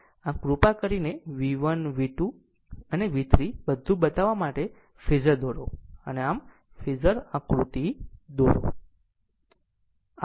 આમ કૃપા કરીને V I V1 V2 and V3 બધું બતાવતા ફેઝર દોરો આમ ફેઝર આકૃતિ દોરો